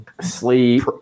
sleep